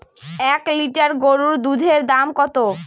এক লিটার গরুর দুধের দাম কত?